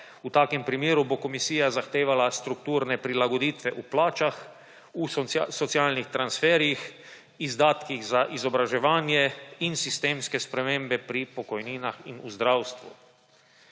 V takem primeru bo Komisija zahtevala strukturne prilagoditve v plačah, v socialnih transferjih, izdatkih za izobraževanje in sistemske spremembe pri pokojninah in v zdravstvu.